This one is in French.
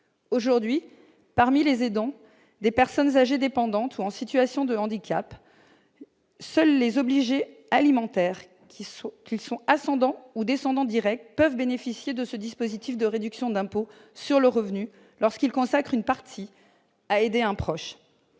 Aujourd'hui, parmi les aidants de personnes âgées dépendantes ou en situation de handicap, seuls les obligés alimentaires- ascendants ou descendants directs -peuvent bénéficier de ce dispositif de déduction d'impôt sur le revenu lorsqu'ils consacrent une partie de leurs